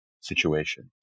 situation